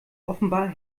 offenbar